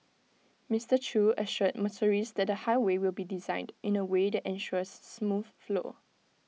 Mister chew assured motorists that the highway will be designed in A way that ensures smooth flow